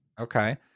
Okay